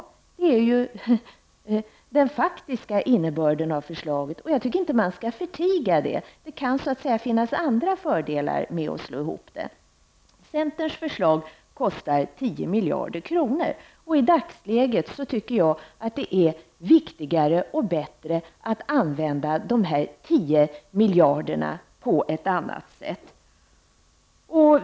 Det är ju den faktiska innebörden av förslaget. Jag tycker inte att man skall förtiga det. Det kan finnas andra fördelar med att slå ihop dem. Centerns förslag kostar 10 miljarder. I dagens läge tycker jag att det är viktigare och bättre att använda dessa 10 miljarder på ett annat sätt.